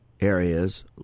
areas